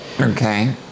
Okay